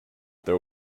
there